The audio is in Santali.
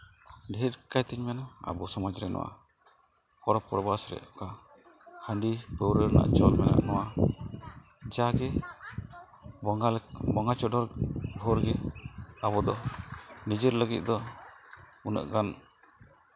ᱰᱷᱮᱨ ᱠᱟᱭᱛᱤᱧ ᱢᱮᱱᱟ ᱟᱵᱚ ᱥᱚᱢᱟᱡᱽᱨᱮ ᱱᱚᱣᱟ ᱯᱚᱨᱚᱵᱽ ᱚᱨᱵᱷᱟᱥ ᱨᱮ ᱚᱠᱟ ᱦᱟᱺᱰᱤ ᱯᱟᱹᱣᱨᱟᱹ ᱨᱮᱱᱟᱜ ᱪᱚᱞ ᱢᱮᱱᱟᱜᱼᱟ ᱱᱚᱣᱟ ᱡᱟᱜᱮ ᱵᱚᱸᱜᱟ ᱪᱚᱰᱚᱨ ᱵᱷᱟᱳᱨ ᱜᱮ ᱟᱵᱚᱫᱚ ᱱᱤᱡᱮᱨ ᱞᱟᱹᱜᱤᱫ ᱫᱚ ᱩᱱᱟᱹᱜ ᱜᱟᱱ